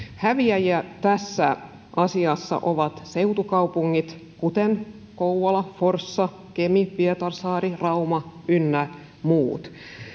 häviäjiä tässä asiassa ovat seutukaupungit kuten kouvola forssa kemi pietarsaari rauma ynnä muut